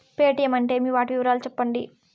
Paytm అంటే ఏమి, వాటి వివరాలు సెప్పండి?